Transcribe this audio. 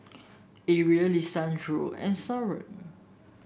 Arie Lisandro and Soren